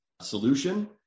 solution